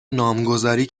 نامگذاری